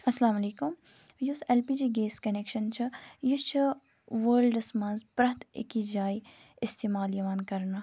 السلامُ علیکُم یُس L P G gas connection چھُ یہِ چھُ وٲلڈَس مَنٛز پرٮ۪تھ أکِس جایہِ استعمال یِوان کَرنہٕ